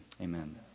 amen